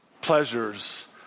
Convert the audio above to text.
pleasures